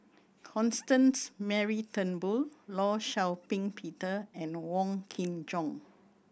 Constance Mary Turnbull Law Shau Ping Peter and Wong Kin Jong